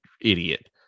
idiot